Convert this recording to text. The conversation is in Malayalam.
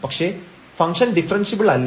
പക്ഷേ ഫംഗ്ഷൻ ഡിഫറെൻഷ്യബിളല്ല